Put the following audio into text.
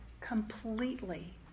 completely